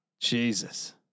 Jesus